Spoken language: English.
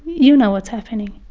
you know what's happening.